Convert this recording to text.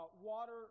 water